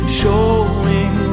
showing